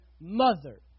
mother